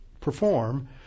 perform